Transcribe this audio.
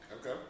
Okay